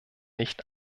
nicht